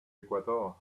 ecuador